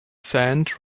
sand